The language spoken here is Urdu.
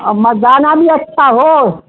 اور مردانہ بھی اچھا ہو